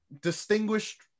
distinguished